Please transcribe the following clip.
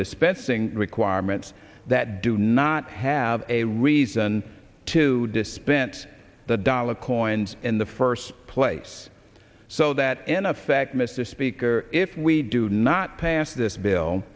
dispensing requirements that do not have a reason to dispense the dollar coins in the first place so that in effect mr speaker if we do not pass this bill